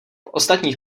ostatních